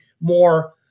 more